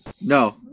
No